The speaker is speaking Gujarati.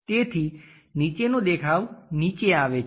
તેથી નીચેનો દેખાવ નીચે આવે છે